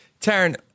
Taryn